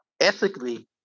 ethically